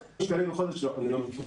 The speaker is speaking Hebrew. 5,000 שקלים בחודש, לא, אני לא מכיר.